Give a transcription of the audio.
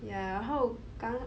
yeah how come